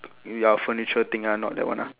ya furniture thing ah not that one ah